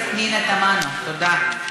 ישיב על ההצעה, אתה, חבר הכנסת פנינה תמנו, תודה.